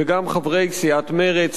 וגם חברי סיעת מרצ,